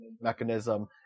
mechanism